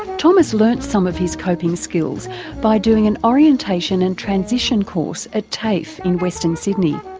thomas learned some of his coping skills by doing an orientation and transition course at tafe in western sydney.